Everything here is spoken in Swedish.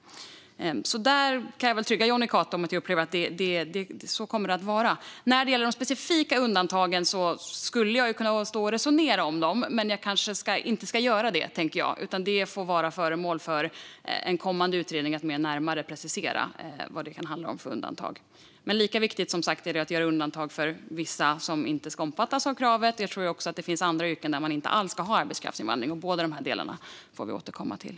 Jag kan väl göra Jonny Cato trygg genom att säga jag upplever att det kommer att vara så. Jag skulle kunna stå och resonera om de specifika undantagen, men jag kanske inte ska göra det. Det får vara föremål för en kommande utredning att närmare precisera vad det kan handla om för undantag. Det är viktigt, som sagt, att göra undantag för vissa som inte ska omfattas av kravet. Jag tror också att det finns andra yrken där man inte alls ska ha arbetskraftsinvandring. Båda dessa delar får vi återkomma till.